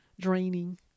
draining